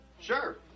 Sure